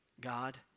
God